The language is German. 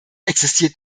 existiert